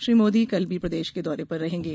श्री मोदी कल भी प्रदेश के दौरे पर रहेंगे